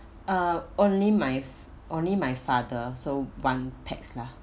uh only my only my father so one pax lah